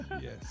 yes